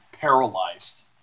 paralyzed